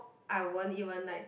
I won't even like